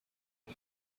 ese